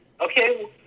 Okay